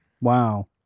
Wow